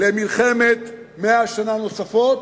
למלחמת 100 שנה נוספות,